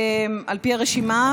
על פי הרשימה,